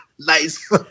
Nice